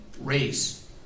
race